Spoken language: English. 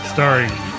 Starring